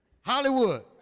Hollywood